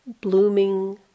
blooming